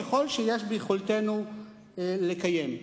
ככל שיש ביכולתנו לקיים.